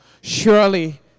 Surely